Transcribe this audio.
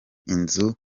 inzu